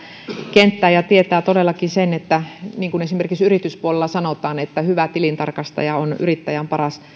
kenttää ja tietää todellakin sen niin kuin esimerkiksi yrityspuolella sanotaan että hyvä tilintarkastaja on yrittäjän paras